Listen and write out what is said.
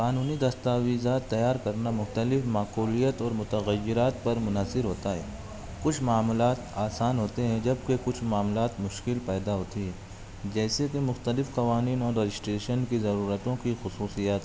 قانونی دستاویزات تیار کرنا مختلف معقولیت اور متغیرات پر منحصر ہوتا ہے کچھ معاملات آسان ہوتے ہیں جب کہ کچھ معاملات مشکل پیدا ہوتی ہے جیسے کہ مختلف قوانین اور رجسٹریشن کی ضرورتوں کی خصوصیات